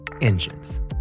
engines